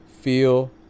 feel